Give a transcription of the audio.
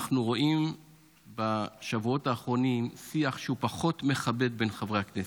אנחנו רואים בשבועות האחרונים שיח פחות מכבד בין חברי הכנסת,